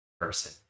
person